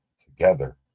Together